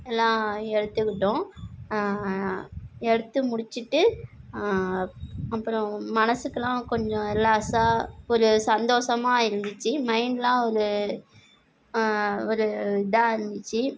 எல்லாம் எடுத்துக்கிட்டோம் எடுத்து முடிச்சிகிட்டு அப்புறம் மனசுக்குலாம் கொஞ்சம் ரிலாக்ஸாக ஒரு சந்தோசமாக இருந்துச்சி மைண்ட்லாக ஒரு ஒரு இதாக இருந்துச்சி